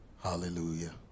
Hallelujah